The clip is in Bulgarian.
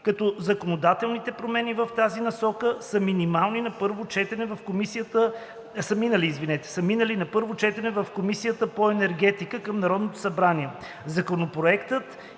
като законодателните промени в тази насока са минали на първо четене в Комисията по енергетика към Народното събрание. Законопроектът